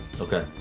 okay